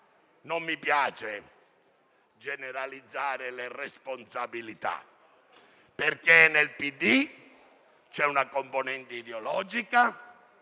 Non mi piace generalizzare le responsabilità, perché nel PD c'è una componente ideologica,